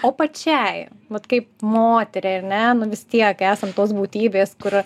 o pačiai vat kaip moteriai ar ne nu vis tiek esam tos būtybės kur